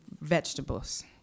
vegetables